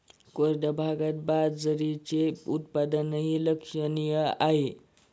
कोरड्या भागात बाजरीचे उत्पादनही लक्षणीय आहे